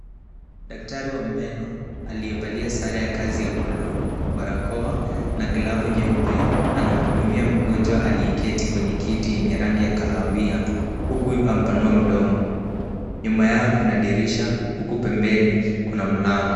Daktari wa meno aliyevalia sare ya kazi ya buluu, barakoa na glavu nyeupe anamhudumia mgonjwa aliyeketi kwenye kiti yenye rangi ya kahawia huku amepanua mdomo. Nyuma yao kuna dirisha huku pembeni kuna mlango.